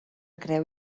creu